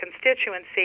constituency